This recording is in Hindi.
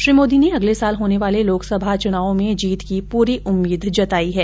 श्री मोदी ने अगले साल होने वाले लोकसभा चुनाव में जीत की पूरी उम्मीद जताई है